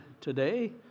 today